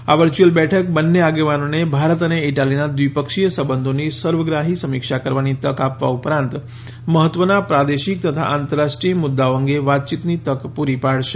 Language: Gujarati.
આ વર્ચ્યુઅલ બેઠક બંને આગેવાનોને ભારત અને ઈટાલીના દ્વિપક્ષીય સંબંધોની સર્વગ્રાહી સમીક્ષા કરવાની તક આપવા ઉપરાંત મહત્વના પ્રાદેશિક તથા આંતરરાષ્ટ્રીય મુદ્દાઓ અંગે વાતયીતની તક પૂરી પાડશે